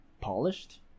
polished